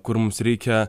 kur mums reikia